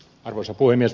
arvoisa puhemies